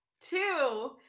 two